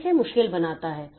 यह इसे मुश्किल बनाता है